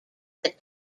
that